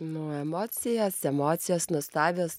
nu emocijas emocijos nuostabios